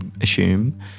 assume